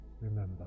Remember